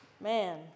Man